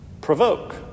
provoke